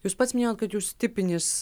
jūs pats minėjot kad jūs tipinis